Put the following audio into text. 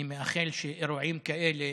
אני מייחל שאירועים כאלה,